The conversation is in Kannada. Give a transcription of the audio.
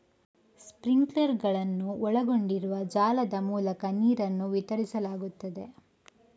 ಸ್ಪ್ರಿಂಕ್ಲರುಗಳಲ್ಲಿ ಒಳಗೊಂಡಿರುವ ಜಾಲದ ಮೂಲಕ ನೀರನ್ನು ವಿತರಿಸಲಾಗುತ್ತದೆ